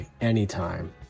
anytime